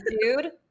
Dude